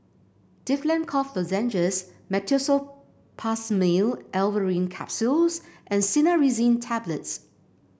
Difflam Cough Lozenges Meteospasmyl Alverine Capsules and Cinnarizine Tablets